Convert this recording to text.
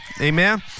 Amen